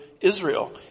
Israel